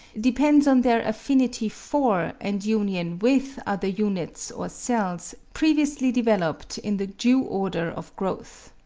depends on their affinity for, and union with other units or cells previously developed in the due order of growth.